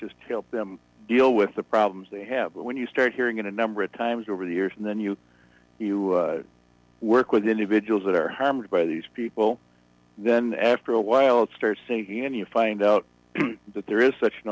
just help them deal with the problems they have but when you start hearing it a number of times over the years and then you you work with individuals that are harmed by these people then after a while it starts sinking in you find out that there is such an